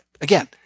again